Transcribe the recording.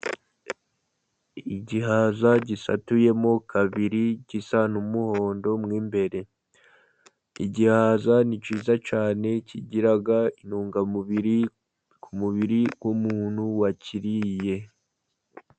Igihaza gisatuyemo kabiri gisa n'umuhondo mo imbere. Igihaza ni cyiza cyane, kigira intungamubiri ku mubiri w'umuntu wakiriye.